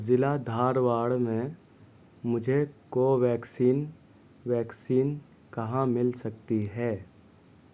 ضلع دھارواڑ میں مجھے کوویکسین ویکسین کہاں مل سکتی ہے